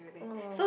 !wow!